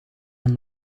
een